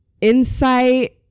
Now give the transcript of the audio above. insight